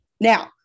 Now